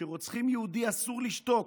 שכשרוצחים יהודי אסור לשתוק,